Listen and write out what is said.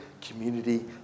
community